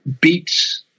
beats